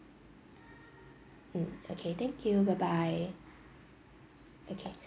mm okay thank you bye bye okay